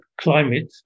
climate